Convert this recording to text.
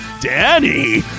Danny